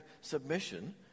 submission